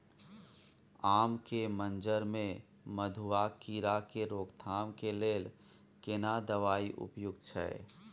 आम के मंजर में मधुआ कीरा के रोकथाम के लेल केना दवाई उपयुक्त छै?